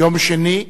יום שני,